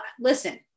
listen